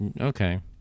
Okay